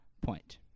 point